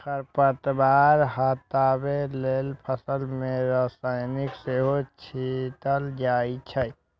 खरपतवार हटबै लेल फसल मे रसायन सेहो छीटल जाए छै